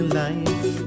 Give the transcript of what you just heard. life